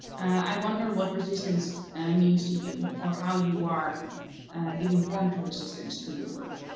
i wonder what resistance means to you, or how you are giving form to resistance through your work?